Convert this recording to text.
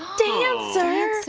dancer!